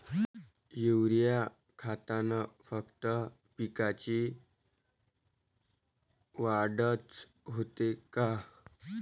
Urea खतानं फक्त पिकाची वाढच होते का?